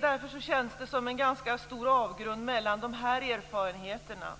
Därför känns det som en ganska stor avgrund mellan dessa erfarenheter av